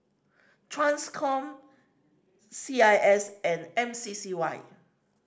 Transcom C I S and M C C Y